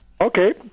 Okay